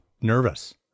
nervous